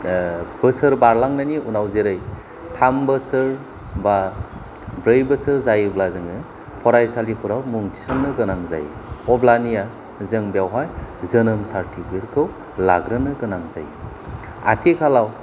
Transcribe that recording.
बोसोर बारलांनायनि उनाव जेरै थाम बोसोर बा ब्रै बोसोर जायोब्ला जोङो फरायसालिफोराव मुं थिसननो गोनां जायो अब्लानिया जों बेयावहाय जोनोम सार्टिफिकेट खौ लाग्रोनो गोनां जायो आथिखालाव